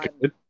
good